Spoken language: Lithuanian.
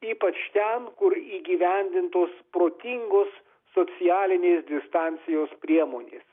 ypač ten kur įgyvendintos protingos socialinės distancijos priemonės